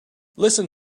listen